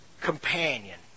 companion